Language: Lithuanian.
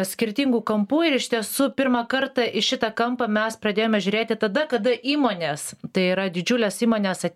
skirtingų kampų ir iš tiesų pirmą kartą į šitą kampą mes pradėjome žiūrėti tada kada įmonės tai yra didžiulės įmonės